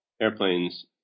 airplanes